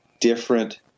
different